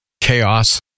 chaos